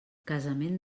casament